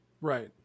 Right